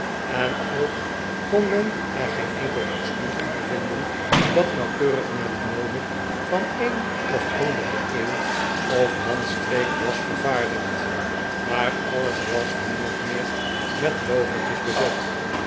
en ook kon men er geen enkel costuum onder vinden dat nauwkeurig naar de mode van een of andere eeuw of landstreek was vervaardigd maar alles was min of meer met loovertjes bezet